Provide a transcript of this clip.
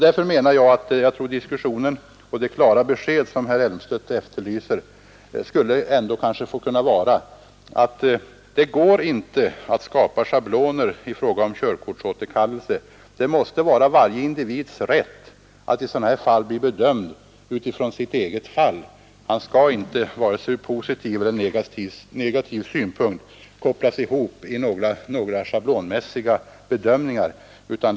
Därför menar jag att det klara besked som herr Elmstedt efterlyste kanske skulle vara att det inte går att skapa schabloner i fråga om körkortsåterkallelse. Det måste vara varje individs rätt att bli bedömd utifrån sitt eget fall. Han skall inte vare:sig från positiv eller negativ synpunkt kopplas in i några schablonmässiga bedömningar.